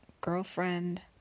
girlfriend